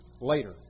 later